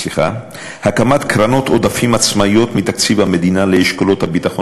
הקמת קרנות עודפים עצמאיות מתקציב המדינה לאשכולות הביטחון